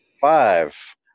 five